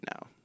now